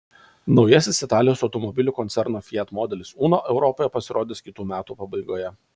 naujasis italijos automobilių koncerno fiat modelis uno europoje pasirodys kitų metų pabaigoje